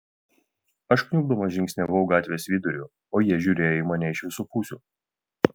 aš kniubdamas žingsniavau gatvės viduriu o jie žiūrėjo į mane iš visų pusių